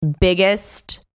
biggest